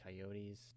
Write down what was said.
Coyotes